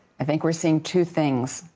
i think we're seeing two things.